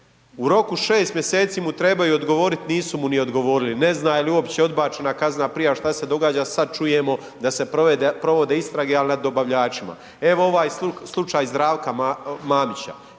u roku 6 mj. mu trebaju odgovoriti, nisu mu ni odgovorili, ne zna je li uopće odbačena kaznena prijava, šta se događa, sad čujemo da se provode istrage ali nad dobavljačima. Evo ovaj slučaj Zdravka Mamića,